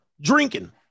drinking